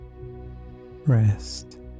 Rest